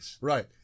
Right